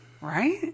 right